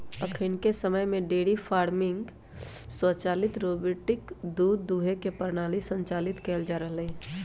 अखनिके समय में डेयरी फार्मिंग स्वचालित रोबोटिक दूध दूहे के प्रणाली संचालित कएल जा रहल हइ